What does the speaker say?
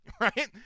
Right